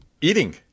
eating